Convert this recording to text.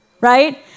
right